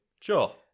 Sure